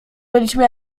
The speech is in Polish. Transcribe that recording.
byliśmy